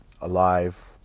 alive